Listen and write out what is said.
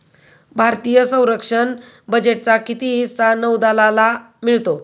भारतीय संरक्षण बजेटचा किती हिस्सा नौदलाला मिळतो?